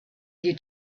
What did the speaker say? you